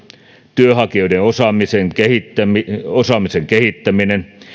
työnhakijoiden osaamisen kehittäminen osaamisen kehittäminen